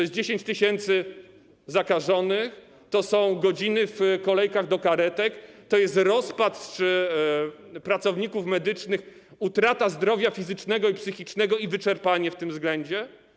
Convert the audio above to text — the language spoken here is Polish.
Jest 10 tys. zakażonych, są godziny w kolejkach do karetek, jest rozpacz pracowników medycznych, utrata zdrowia fizycznego i psychicznego, wyczerpanie w tym względzie.